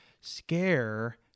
scare